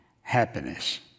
happiness